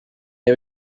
iyo